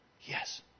Yes